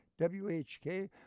WHK